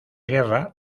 guerra